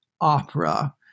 opera